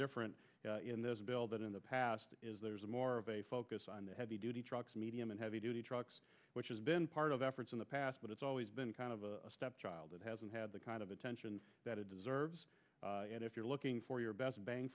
different in this bill that in the past there's more of a focus on the heavy duty trucks medium and heavy duty trucks which has been part of efforts in the past but it's always been kind of a stepchild it hasn't had the kind of attention that it deserves and if you're looking for your best bang